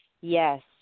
Yes